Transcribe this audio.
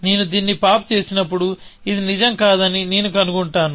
నేను దీన్ని పాప్ చేసినప్పుడు ఇది నిజం కాదని నేను కనుగొంటాను